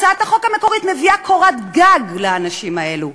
הצעת החוק המקורית מביאה קורת גג לאנשים האלו.